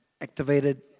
activated